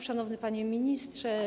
Szanowny Panie Ministrze!